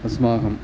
अस्माकं